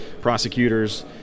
prosecutors